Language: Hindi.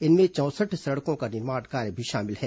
इनमें चौंसठ सड़कों का निर्माण कार्य भी शामिल है